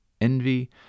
envy